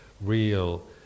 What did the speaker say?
real